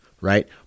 right